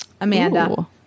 Amanda